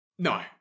No